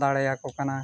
ᱫᱟᱲᱮᱭᱟᱠᱚ ᱠᱟᱱᱟ